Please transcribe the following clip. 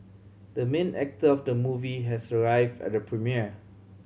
the main actor of the movie has arrive at the premiere